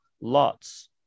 lots